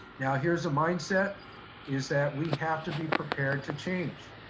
now here's the mindset is that we have to be prepared to change.